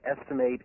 estimate